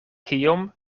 kiom